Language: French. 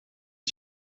sur